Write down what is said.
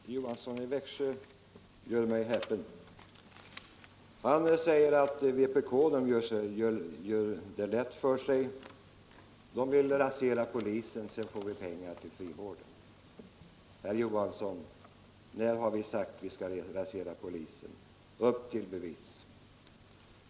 Herr talman! Herr Johansson i Växjö gör mig häpen. Han säger att vpk gör det lätt för sig — vpk vill rasera polisen och får på det sättet pengar till frivården. Herr Johansson! När har vi sagt att vi skall rasera polisen? Upp till bevis!